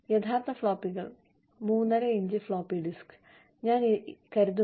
യഥാർത്ഥ ഫ്ലോപ്പികൾ 3 12 inch floppy disk ഞാൻ കരുതുന്നു